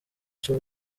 ico